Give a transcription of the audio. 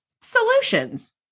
solutions